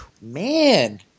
Man